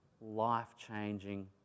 life-changing